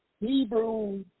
Hebrew